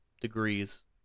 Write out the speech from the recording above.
degrees